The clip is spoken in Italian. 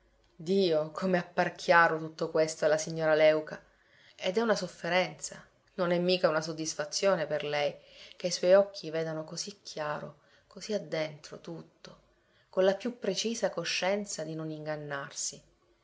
dio come appar chiaro tutto questo alla signora léuca ed è una sofferenza non è mica una soddisfazione per lei che i suoi occhi vedano così chiaro così a dentro tutto con la più precisa coscienza di non ingannarsi e là